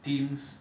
themes